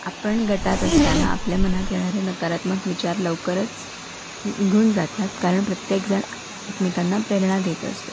आपण गटात असताना आपल्या मनात येणारे नकारात्मक विचार लवकरच निघून जातात कारण प्रत्येकजण एकमेकांना प्रेरणा देत असतो